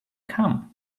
come